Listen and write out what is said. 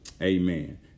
Amen